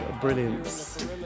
Brilliance